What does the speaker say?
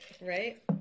Right